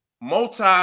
multi